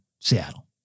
Seattle